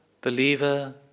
believer